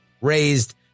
raised